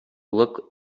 look